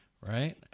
right